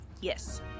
Yes